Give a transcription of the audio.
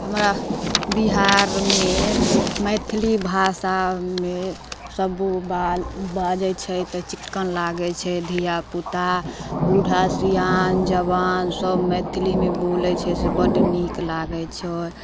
हमरा बिहारमे मैथिली भाषामे सभ बाल बाजै छै तऽ चिक्कन लागै छै धिआपुता बूढ़ा सिआन जवान सभ मैथिलीमे बोलै छै से बड्ड नीक लागै छै